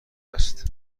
است